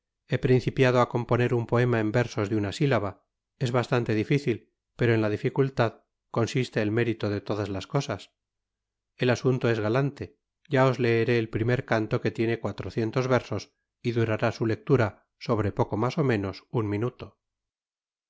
he principiado á componer un poema en versos de una sílaba es bastante difícil pero en la dificultad consiste el mérito de todas las cosas el asunto es galante ya os leeré el primer canto que tiene cuatrocientos versos y durará su lectura sobre poco mas ó menos un minuto